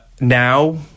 now